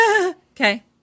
okay